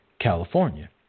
California